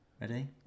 Ready